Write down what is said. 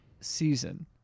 Season